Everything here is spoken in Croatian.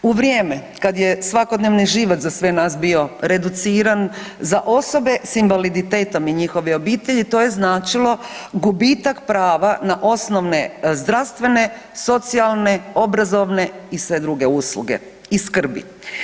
U vrijeme kad je svakodnevni život za sve nas bio reduciran, za osobe s invaliditetom i njihove obitelji to je značilo gubitak prava na osnovne zdravstvene, socijalne, obrazovne i sve druge usluge i skrbi.